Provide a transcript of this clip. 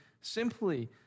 simply